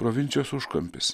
provincijos užkampis